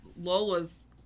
Lola's